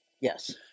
Yes